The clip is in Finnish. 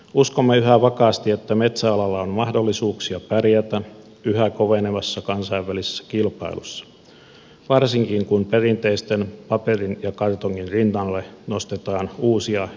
uskomme yhä vakaasti että metsäalalla on mahdollisuuksia pärjätä yhä kovenevassa kansainvälisessä kilpailussa varsinkin kun perinteisten paperin ja kartongin rinnalle nostetaan uusia innovatiivisia tuotteita